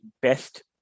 best